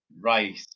Right